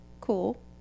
Cool